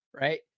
Right